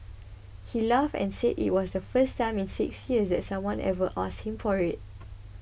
he laughed and said it was the first time in six years that someone ever asked him for it